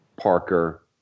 Parker